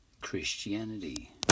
Christianity